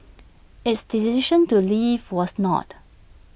its decision to leave was not